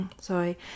sorry